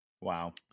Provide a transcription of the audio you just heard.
Wow